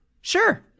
sure